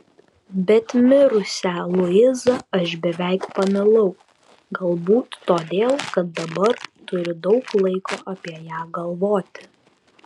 bet mirusią luizą aš beveik pamilau galbūt todėl kad dabar turiu daug laiko apie ją galvoti